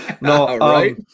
No